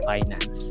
Finance